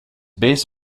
base